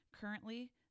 Currently